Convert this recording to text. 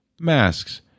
masks